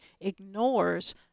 ignores